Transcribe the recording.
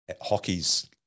hockey's